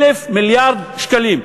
1,000 מיליארד שקלים,